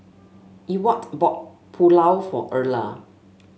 Ewart bought Pulao for Erla